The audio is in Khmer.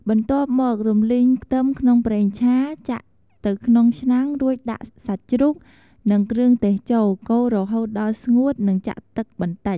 បន្ទាប់មក រំលីងខ្ទឹមក្នុងប្រេងឆា ចាក់ទៅក្នុងឆ្នាំងរួចដាក់សាច់ជ្រូក និងគ្រឿងទេសចូល កូររហូតដល់ស្ងួតនឹងចាក់ទឹកបន្តិច។